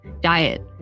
diet